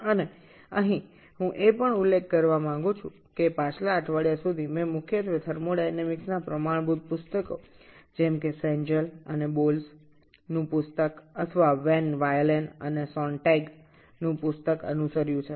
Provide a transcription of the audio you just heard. এবং এখানে আমি আরও উল্লেখ করতে চাই যে পূর্ববর্তী সপ্তাহ পর্যন্ত আমি প্রাথমিকভাবে তাপগতিবিদ্যার সাধারণ বইগুলি যেমন চেঙ্গাল এন্ড বোলস এর বই বা ভ্যান ওয়াইলেন এন্ড সোনট্যাগের বই অনুসরণ করেছি